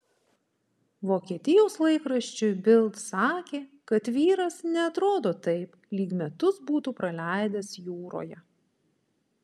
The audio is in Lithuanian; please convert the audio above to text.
vokietijos laikraščiui bild sakė kad vyras neatrodo taip lyg metus būtų praleidęs jūroje